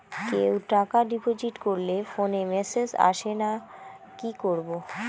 কেউ টাকা ডিপোজিট করলে ফোনে মেসেজ আসেনা কি করবো?